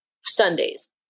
Sundays